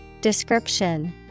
Description